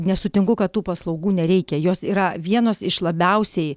nesutinku kad tų paslaugų nereikia jos yra vienos iš labiausiai